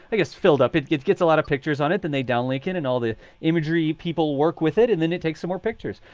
i guess, filled up. it gets gets a lot of pictures on it. then they downlink it and all the imagery, people work with it and then it takes some more pictures.